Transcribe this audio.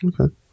Okay